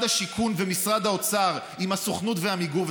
השיכון ומשרד האוצר עם הסוכנות ועמיגור,